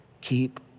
Keep